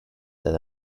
that